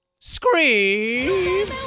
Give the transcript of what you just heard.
scream